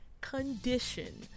condition